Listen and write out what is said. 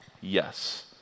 Yes